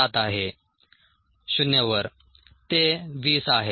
7 आहे 0 वर ते 20 आहे